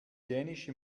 dänische